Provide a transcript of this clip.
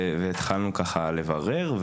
והתחלנו לברר,